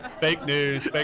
ah fake news. i